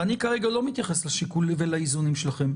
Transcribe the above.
אני כרגע לא מתייחס לשיקולים ולאיזונים שלכם.